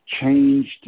changed